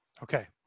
Okay